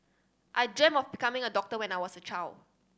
I dreamt of becoming a doctor when I was a child